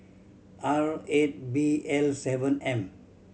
R eight B L seven M